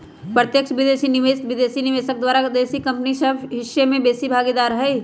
प्रत्यक्ष विदेशी निवेश विदेशी निवेशक द्वारा देशी कंपनी में दस हिस्स से बेशी भागीदार हइ